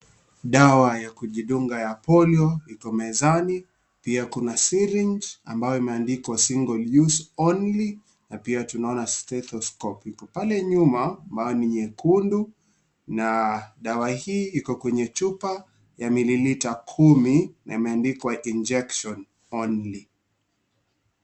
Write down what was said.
Dawa ya kujidunga ya polio iko mezani pia kuna syringe ambayo imeandikwa single use only na pia tunaona stethoscope iko pale nyuma maana ni nyekundu na dawa hii iko kwenye chupa ya mililita kumi na imeandikwa .injection only .